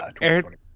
Eric